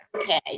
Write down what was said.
okay